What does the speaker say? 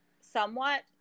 somewhat